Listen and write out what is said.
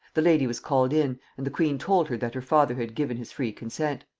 the lady was called in, and the queen told her that her father had given his free consent.